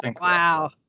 Wow